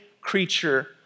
creature